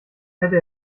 hätte